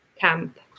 camp